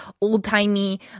old-timey